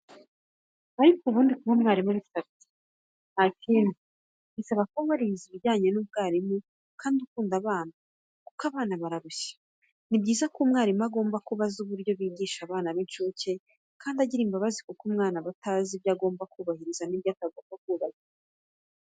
Ariko ubundi kuba mwarimu bisaba iki? Nta kindi, bisaba kuba warize ibijyanye n'ubwarimu kandi ukunda abana kuko abana bararushya. Ni byiza ko umwarimu agomba kuba azi uburyo bigisha abana b'incuke kandi agira imbabazi kuko umwana aba atazi ibyo agomba kubahiriza n'ibyo atagomba kubahiriza.